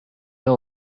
that